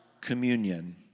communion